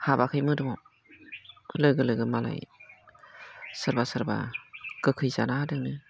हाबाखै मोदोमाव लोगो लोगो मालाय सोरबा सोरबा गोखै जाना होदोंनो